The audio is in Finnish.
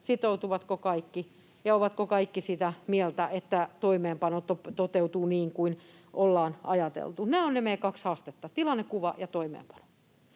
sitoutuvatko kaikki ja ovatko kaikki sitä mieltä, että toimeenpano toteutuu niin kuin ollaan ajateltu? Nämä ovat ne meidän kaksi haastetta, tilannekuva ja toimeenpano,